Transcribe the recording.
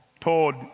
told